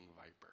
viper